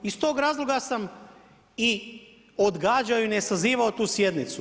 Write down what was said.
Iz tog razloga sam i odgađao i nesazivano tu sjednicu.